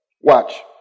Watch